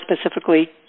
specifically